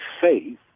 faith